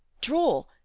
draw,